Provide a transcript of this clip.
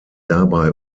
dabei